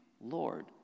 Lord